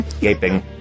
gaping